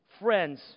friends